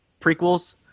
prequels